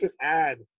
add